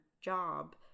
job